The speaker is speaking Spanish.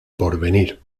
porvenir